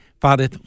Father